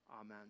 Amen